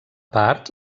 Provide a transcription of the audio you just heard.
part